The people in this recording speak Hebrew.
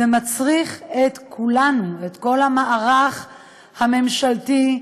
זה מצריך את כולנו ואת כל המערך הממשלתי,